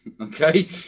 Okay